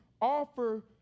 offer